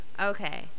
Okay